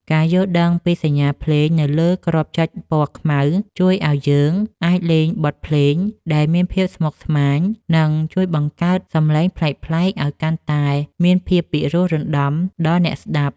ការយល់ដឹងពីសញ្ញាភ្លេងនៅលើគ្រាប់ចុចពណ៌ខ្មៅជួយឱ្យយើងអាចលេងបទភ្លេងដែលមានភាពស្មុគស្មាញ និង ជួយបង្កើតសម្លេងប្លែកៗឱ្យកាន់តែមានភាពពិរោះរណ្ដំដល់អ្នកស្ដាប់។